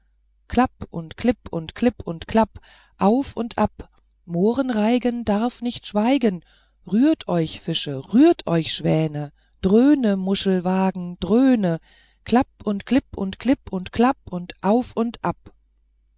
klapp und klipp und klipp und klapp auf und ab mohrenreigen darf nicht schweigen rührt euch fische rührt euch schwäne dröhne muschelwagen dröhne klapp und klipp und klipp und klapp und auf und ab